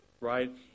right